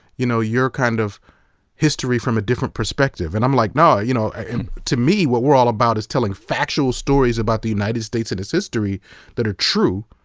you know, you're kind of history from a different perspective. and i'm like, naw, you know and to me, what we're all about is telling factual stories about the united states and its history that are true.